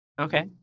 Okay